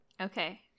Okay